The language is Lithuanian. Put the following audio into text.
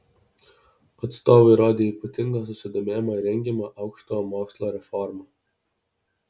atstovai rodė ypatingą susidomėjimą rengiama aukštojo mokslo reforma